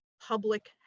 public